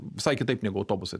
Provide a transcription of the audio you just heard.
visai kitaip negu autobusai